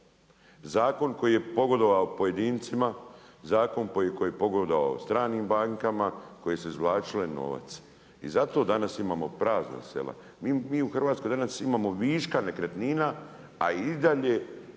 Zakon koji je pogodovao pojedincima, zakon koji je pogodovao stranim bankama koje su izvlačile novac. I zato danas imamo prazna sela, mi u Hrvatskoj danas imamo viška nekretnina a i dalje